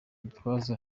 gitwaza